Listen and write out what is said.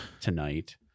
Tonight